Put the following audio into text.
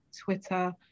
twitter